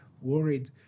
worried